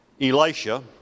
Elisha